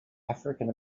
african